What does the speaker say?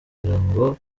ngo